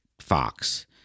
Fox